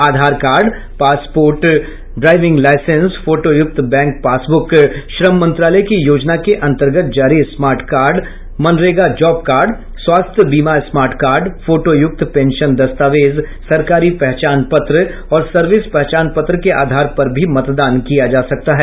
आधार card passport driving licence फोटोयुक्त bank passbook श्रम मंत्रालय की योजना के अंतर्गत जारी smart card MNREGA job card स्वास्थ्य बीमा स्मार्ट कार्ड फोटोयुक्त पेंशन दस्तावेज सरकारी पहचान पत्र और सर्विस पहचान पत्र के आधार पर भी मतदान किया जा सकता है